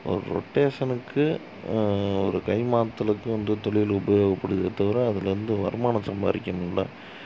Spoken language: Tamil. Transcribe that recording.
ஒரு ரொட்டேஷனுக்கு ஒரு கை மாற்றலுக்கு வந்து தொழிலு உபயோகப்படுதே தவிர அதில் இருந்து வருமானம் சம்பாதிக்கணும்ல்ல